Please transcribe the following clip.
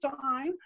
time